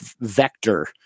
vector